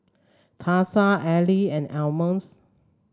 Tasha Ella and Almus